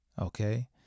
Okay